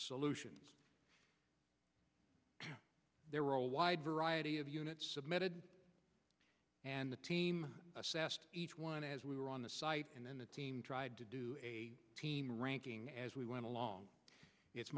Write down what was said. solutions there were a wide variety of units submitted and the team assessed each one as we were on the site and then the team tried to do a team ranking as we went along it's